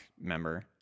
member